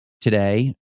today